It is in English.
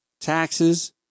taxes